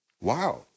Wow